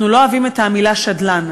אנחנו לא אוהבים את המילה שדלן,